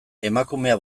emakumea